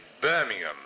birmingham